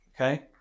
okay